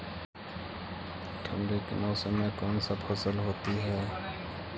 ठंडी के मौसम में कौन सा फसल होती है?